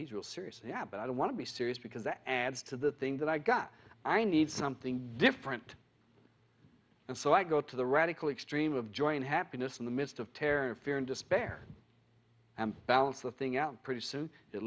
he's real serious yeah but i don't want to be serious because that adds to the thing that i got i need something different and so i go to the radical extreme of joy and happiness in the midst of terror and fear and despair and balance of thing out pretty soon it